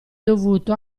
dovuto